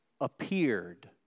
appeared